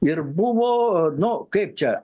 ir buvo nu kaip čia